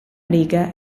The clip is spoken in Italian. riga